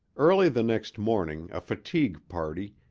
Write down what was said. early the next morning a fatigue-party,